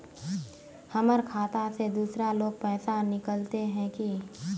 हमर खाता से दूसरा लोग पैसा निकलते है की?